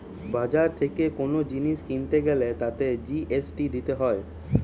বাজার থেকে কোন জিনিস কিনতে গ্যালে তাতে জি.এস.টি দিতে হয়